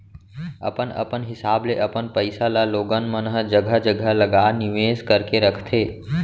अपन अपन हिसाब ले अपन पइसा ल लोगन मन ह जघा जघा लगा निवेस करके रखथे